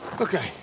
Okay